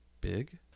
Big